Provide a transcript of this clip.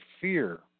fear